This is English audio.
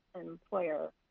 employer